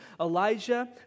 Elijah